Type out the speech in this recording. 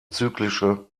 zyklische